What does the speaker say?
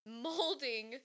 molding